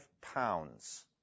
pounds